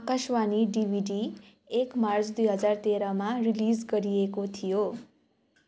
Akashvani DVD एक March दुई हजार तेह्रमा रिलिज गरिएको थियो